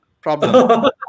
Problem